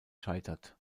scheitert